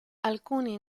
alcuni